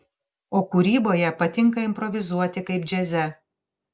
o kūryboje patinka improvizuoti kaip džiaze